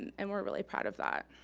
and we're really proud of that.